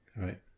Right